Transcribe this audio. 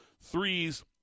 threes